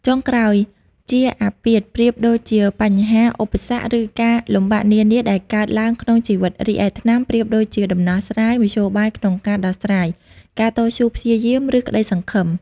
ចុងក្រោយ ជាអាពាធ ប្រៀបដូចជាបញ្ហា ឧបសគ្គ ឬការលំបាកនានាដែលកើតឡើងក្នុងជីវិត រីឯ ថ្នាំ ប្រៀបដូចជាដំណោះស្រាយ មធ្យោបាយក្នុងការដោះស្រាយ ការតស៊ូព្យាយាម ឬក្តីសង្ឃឹម។